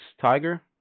tiger